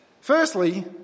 Firstly